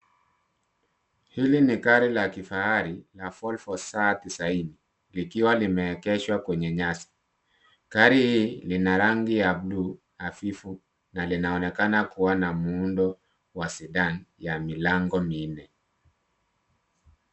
Hili ni gari la kifahari la Volvo Sa 90 likiwa limeegeshwa kwenye nyasi. Gari hili lina rangi ya bluu hafifu na linaonekana kuwa na muundo wa sedan ya milango minne.